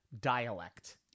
dialect